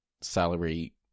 salary